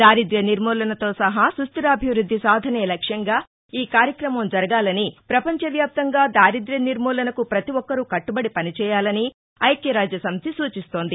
దారిద్ర్య నిర్మూలనతో సహా సుస్టిరాభివృద్ది సాధనే లక్ష్యంగా ఈ కార్యక్రమం జరగాలని ప్రపంచ వ్యాప్తంగా దారిద్ర్య నిర్మూలసకు ప్రవతి ఒక్కరూ కట్టబడి పనిచేయాలని ణక్యరాజ్యసమితి సూచిస్తోంది